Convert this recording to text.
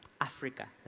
Africa